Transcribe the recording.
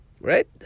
right